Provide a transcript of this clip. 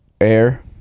Air